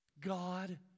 God